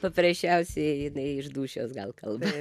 paprasčiausiai jinai iš dūšios gal kalba